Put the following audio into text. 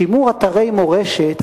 שימור אתרי מורשת,